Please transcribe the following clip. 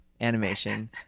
animation